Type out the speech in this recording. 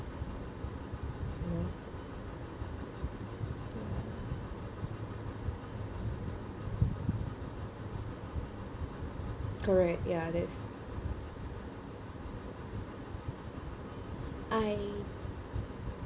correct ya that's I